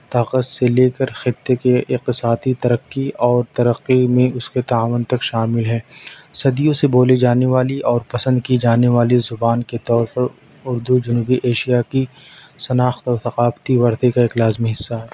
طاقت سے لے کر خطے کی اقتصادی ترقی اور ترقی میں اس کے تعاون تک شامل ہے صدیوں سے بولی جانے والی اور پسند کی جانے والی زبان کے طور پر اردو جنوبی ایشیا کی شناخت اور ثقافتی ورثے کا ایک لازمی حصہ ہے